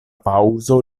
paŭzo